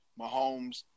Mahomes